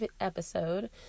episode